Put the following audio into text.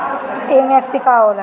MFC का हो़ला?